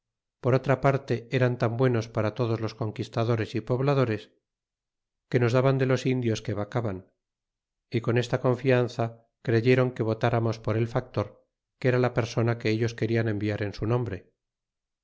por otra parte eran tan buenos para todos los conquistadores y pobladores que nos daban de los indios que vacaban y con esta confianza creyéron que votaramos por el factor que era la persona que ellos querian enviar en su nombre